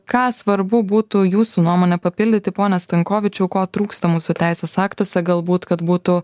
ką svarbu būtų jūsų nuomone papildyti ponas stankovičiau ko trūksta mūsų teisės aktuose galbūt kad būtų